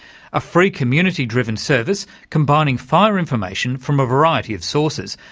a free, community driven service combining fire information from a variety of sources,